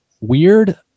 weird